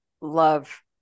love